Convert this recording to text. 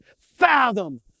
fathom